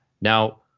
now